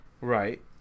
right